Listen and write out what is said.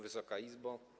Wysoka Izbo!